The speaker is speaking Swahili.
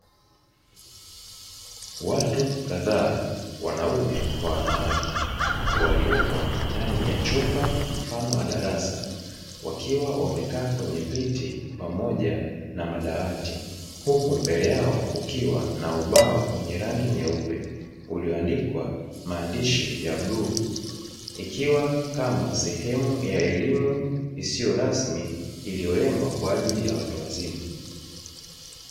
Watu kadhaa wanaume kwa wanawake waliopo ndani ya chumba mfano wa darasa, wakiwa wamekaa kwenye viti pamoja na madawati. Huku mbele yao kukiwa na ubao wenye rangi nyeupe ulioandikwa maandishi ya bluu, ikiwa kama sehemu ya elimu isiyo rasmi iliyolengwa kwa ajili ya watu wazima.